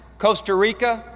costa rica,